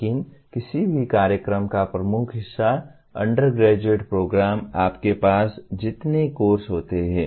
लेकिन किसी भी कार्यक्रम का प्रमुख हिस्सा अंडरग्रेजुएट प्रोग्राम आपके पास जितने कोर्स होते हैं